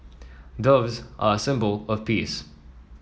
doves are a symbol of peace